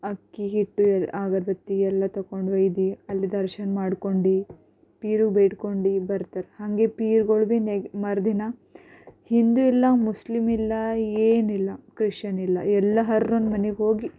ಅಕ್ಕಿಹಿಟ್ಟು ಅಗರಬತ್ತಿ ಎಲ್ಲ ತೊಗೊಂಡು ಒಯ್ದು ಅಲ್ಲಿ ದರ್ಶನ ಮಾಡ್ಕೊಂಡು ಪೀರು ಬೇಡಿಕೊಂಡು ಬರ್ತಾರೆ ಹಾಗೆ ಪೀರ್ಗಳು ಭೀ ನೆ ಮರುದಿನ ಹಿಂದೂ ಇಲ್ಲ ಮುಸ್ಲಿಮ್ ಇಲ್ಲ ಏನಿಲ್ಲ ಕ್ರಿಶ್ಯನಿಲ್ಲ ಎಲ್ಲ ಹರ್ನು ಮನೆಗೋಗಿ